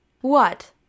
What